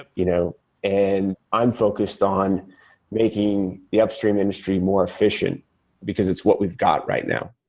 ah you know and i'm focused on making the upstream industry more efficient because it's what we've got right now.